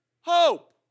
hope